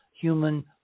human